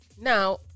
Now